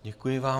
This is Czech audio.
Děkuji vám.